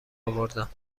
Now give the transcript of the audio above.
اوردم